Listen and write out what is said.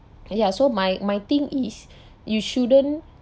ya so my my thing is you shouldn't